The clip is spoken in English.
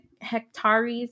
hectares